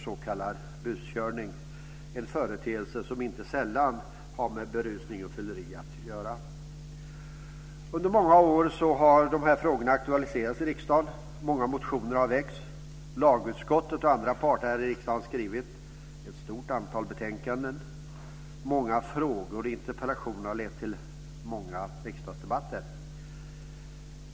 Det är en företeelse som inte sällan har med berusning och fylleri att göra. Under många år har de här frågorna aktualiserats i riksdagen. Många motioner har väckts. Lagutskottet och andra parter här i riksdagen har skrivit ett stort antal betänkanden. Många frågor och interpellationer har lett till många riksdagsdebatter.